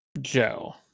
Joe